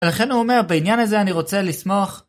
ולכן הוא אומר, בעניין הזה אני רוצה לסמוך